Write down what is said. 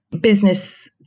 business